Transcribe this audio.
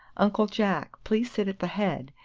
uncle jack, please sit at the head,